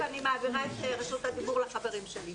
אני מודה לכם ואני מעבירה את רשות הדיבור לחברים שלי.